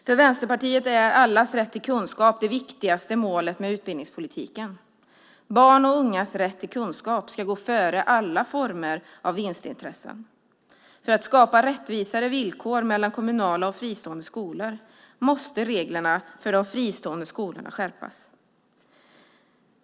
För Vänsterpartiet är allas rätt till kunskap det viktigaste målet med utbildningspolitiken. Barns och ungas rätt till kunskap ska gå före alla former av vinstintressen. För att skapa rättvisare villkor mellan kommunala och fristående skolor måste reglerna för de fristående skolorna skärpas.